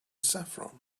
saffron